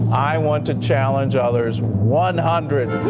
i want to challenge others. one hundred